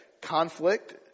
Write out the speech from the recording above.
Conflict